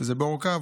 שזה בעורקיו,